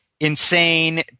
insane